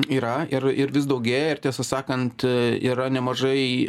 yra ir ir vis daugėja ir tiesą sakant yra nemažai